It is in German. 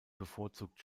bevorzugt